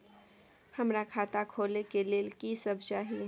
हमरा खाता खोले के लेल की सब चाही?